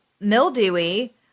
mildewy